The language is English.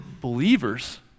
believers